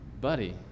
buddy